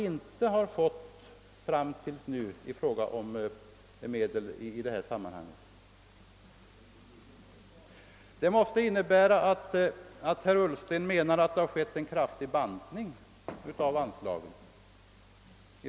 Herr Ullsten måste mena att det skett en kraftig bantning av anslagen.